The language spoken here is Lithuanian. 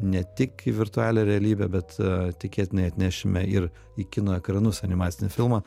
ne tik į virtualią realybę bet tikėtinai atnešime ir į kino ekranus animacinį filmą